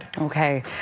Okay